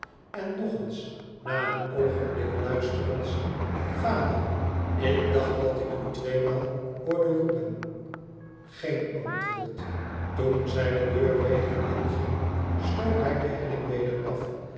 en nog eens na een oogenblikluisterens i vader ik dacht dat ik u tweemaal hoorde roepen geen antwoord toen zij de deur weder inging sloop hij de helling weder af